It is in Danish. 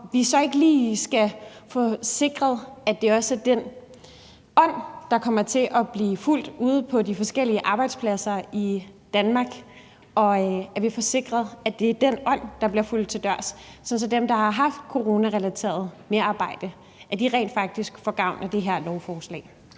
vi så ikke lige skal få sikret, at det også er i den ånd, det kommer til at blive fulgt ude på de forskellige arbejdspladser i Danmark, altså at vi får sikret, at det er i den ånd, det bliver fulgt til dørs, sådan at dem, der har haft coronarelateret merarbejde, rent faktisk får gavn af det her lovforslag.